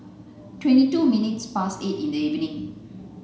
twenty two minutes past eight in the evening